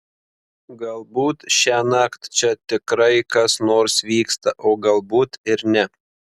galbūt šiąnakt čia tikrai kas nors vyksta o galbūt ir ne